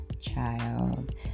child